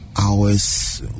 Hours